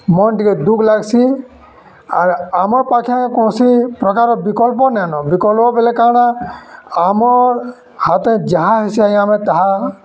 ମନ୍ ଟିକେ ଦୁଃଖ୍ ଲାଗ୍ସି ଆର୍ ଆମର୍ ପାଖେ କୌଣସି ପ୍ରକାରର ବିକଳ୍ପ ନାଇଁନ ବିକଳ୍ପ ବେଲେ କାଣା ଆମର୍ ହାତେ ଯାହା ହେସି ଆମେ ତାହା